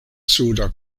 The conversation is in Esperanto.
suda